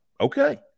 okay